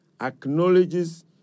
acknowledges